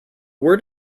word